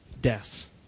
death